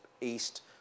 east